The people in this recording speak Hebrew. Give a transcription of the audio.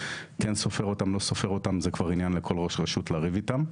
כן סופר אותם לא סופר אותם זה כבר עניין לכל ראש רשות לריב איתם,